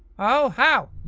oh. how?